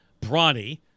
Bronny